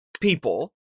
people